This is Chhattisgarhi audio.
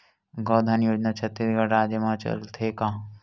गौधन योजना छत्तीसगढ़ राज्य मा चलथे का?